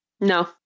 No